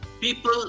people